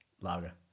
lager